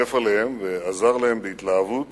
והצטרף אליהם ועזר להם בהתלהבות